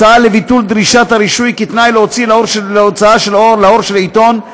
הצעה לבטל את דרישת הרישוי כתנאי להוצאה לאור של עיתון,